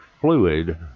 fluid